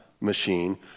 machine